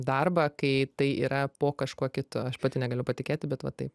darbą kai tai yra po kažkuo kitu aš pati negaliu patikėti bet va taip